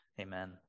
amen